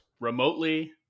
remotely